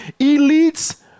Elites